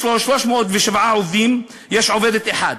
יש לו 307 עובדים ויש עובדת דרוזית אחת.